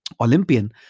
Olympian